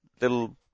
little